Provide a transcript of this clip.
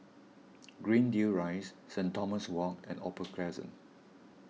Greendale Rise Saint Thomas Walk and Opal Crescent